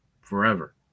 forever